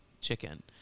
chicken